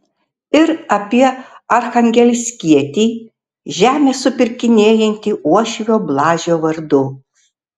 ir apie archangelskietį žemę supirkinėjantį uošvio blažio vardu